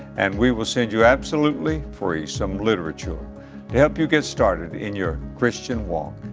and we will send you, absolutely free, some literature to help you get started in your christian walk.